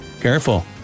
Careful